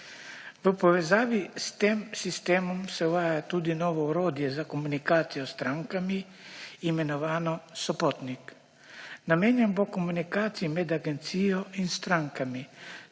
V povezavi s tem sistemom se uvaja tudi novo orodje za komunikacijo s strankami imenovano SOPOTNIK. Namenjen bo komunikaciji med agencijo in strankami.